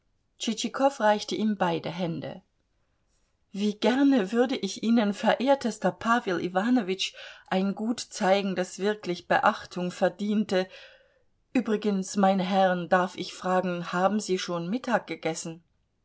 reichte ihm beide hände wie gerne würde ich ihnen verehrtester pawel iwanowitsch ein gut zeigen das wirklich beachtung verdiente übrigens meine herren darf ich fragen haben sie schon mittag gegessen